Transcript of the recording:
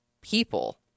people